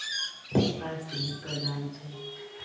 पारसमणि प्रधान चाहिँ